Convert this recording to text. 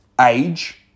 age